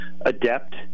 adept